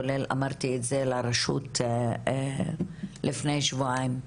כולל אמרתי את זה לרשות לפני שבועיים.